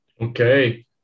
Okay